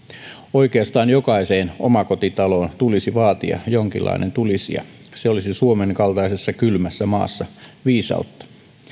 oikeastaan jokaiseen omakotitaloon tulisi vaatia jonkinlainen tulisija se olisi suomen kaltaisessa kylmässä maassa viisautta